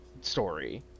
story